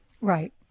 Right